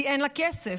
כי אין לה כסף,